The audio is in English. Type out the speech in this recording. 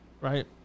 right